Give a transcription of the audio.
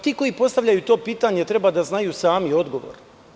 Ti koji postavljaju to pitanje treba da znaju sami odgovor.